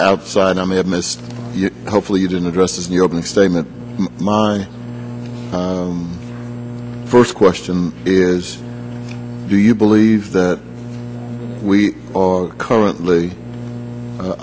outside i may have missed you hopefully you didn't address his new opening statement my first question is do you believe that we or currently